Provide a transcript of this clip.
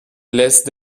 laisse